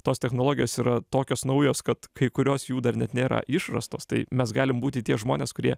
tos technologijos yra tokios naujos kad kai kurios jų dar net nėra išrastos tai mes galim būti tie žmonės kurie